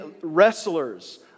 wrestlers